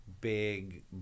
big